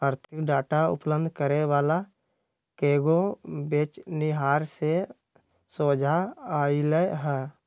आर्थिक डाटा उपलब्ध करे वला कएगो बेचनिहार से सोझा अलई ह